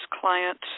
clients